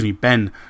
Ben